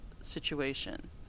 situation